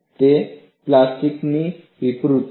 તે પ્લાસ્ટિકની વિરૂપતા છે